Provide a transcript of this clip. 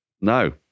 No